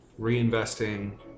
reinvesting